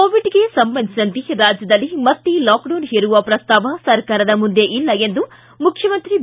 ಕೋವಿಡ್ಗೆ ಸಂಬಂಧಿಸಿದಂತೆ ರಾಜ್ಯದಲ್ಲಿ ಮತ್ತೆ ಲಾಕ್ಡೌನ್ ಹೇರುವ ಪ್ರಸ್ತಾವ ಸರ್ಕಾರದ ಮುಂದೆ ಇಲ್ಲ ಎಂದು ಮುಖ್ಲಮಂತ್ರಿ ಬಿ